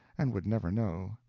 and would never know.